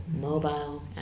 mobile